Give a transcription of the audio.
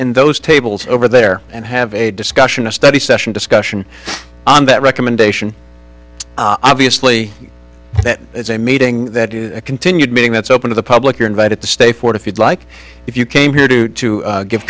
in those tables over there and have a discussion a study session discussion on that recommendation obviously that it's a meeting that continued meeting that's open to the public you're invited to stay for if you'd like if you came here to to give